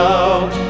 out